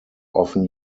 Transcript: often